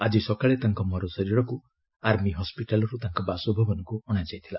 ଆଜି ସକାଳେ ତାଙ୍କ ମରଶରୀରକୁ ଆର୍ମୀ ହସ୍କିଟାଲ୍ରୁ ତାଙ୍କ ବାସଭବନକୁ ଅଣାଯାଇଥିଲା